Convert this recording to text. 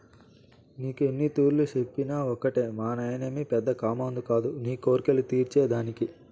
నీకు ఎన్నితూర్లు చెప్పినా ఒకటే మానాయనేమి పెద్ద కామందు కాదు నీ కోర్కెలు తీర్చే దానికి